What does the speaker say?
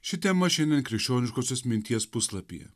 ši tema šiandien krikščioniškosios minties puslapyje